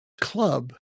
club